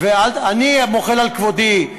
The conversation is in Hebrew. אני מוחל על כבודי.